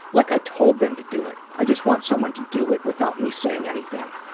like i told them to do it. i just want someone to do it without me saying anything.